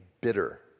bitter